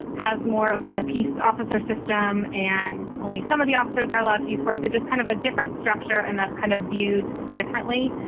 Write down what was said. has more of like a peace officer system. and only some of the officers are allowed to use force. so just kind of a different structure and that's kind of viewed differently.